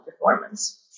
performance